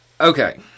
Okay